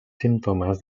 símptomes